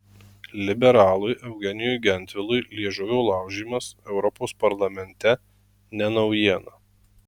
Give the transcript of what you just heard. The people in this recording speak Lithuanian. liberalui eugenijui gentvilui liežuvio laužymas europos parlamente ne naujiena